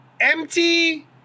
empty